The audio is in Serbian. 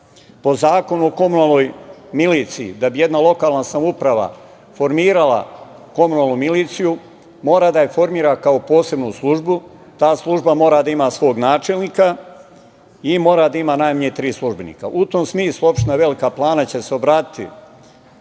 Zakonu o komunalnoj miliciji, da bi jedna lokalna samouprava formirala komunalnu miliciju, mora da je formira, kao posebnu službu. Ta služba mora da ima svog načelnika i mora da ima najmanje tri službenika. U tom smislu, opština Velika Plana će se obratiti